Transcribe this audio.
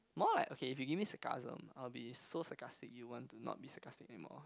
more like okay if you give sarcasm I will be so sarcastic you want to not be sarcastic anymore